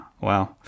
wow